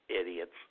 idiots